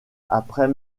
après